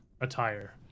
attire